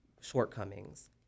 shortcomings